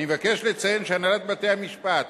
אני מבקש לציין שהנהלת בתי-המשפט